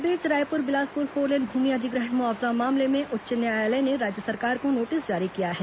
इस बीच रायपुर बिलासपुर फोरलेन भूमि अधिग्रहण मुआवजा मामले में उच्च न्यायालय ने राज्य सरकार को नोटिस जारी किया है